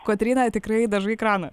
kotryna tikrai dažai kraną